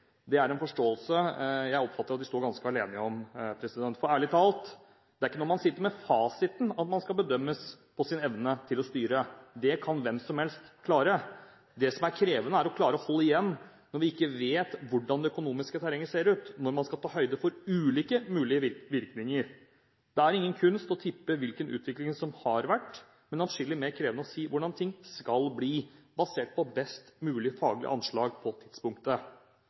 Det er en forståelse jeg oppfatter at de står ganske alene om, for, ærlig talt, det er ikke når man sitter med fasiten at man skal bedømmes på sin evne til å styre. Det kan hvem som helst klare. Det som er krevende, er å klare å holde igjen når vi ikke vet hvordan det økonomiske terrenget ser ut når man skal ta høyde for ulike mulige virkninger. Det er ingen kunst å tippe hvilken utvikling som har vært, men atskillig mer krevende å si hvordan ting skal bli, basert på best mulig faglig anslag på tidspunktet.